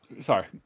Sorry